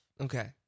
Okay